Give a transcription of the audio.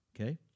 Okay